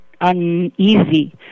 uneasy